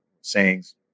sayings